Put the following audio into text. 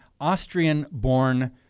Austrian-born